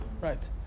Right